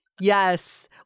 Yes